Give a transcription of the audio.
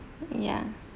ya